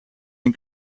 een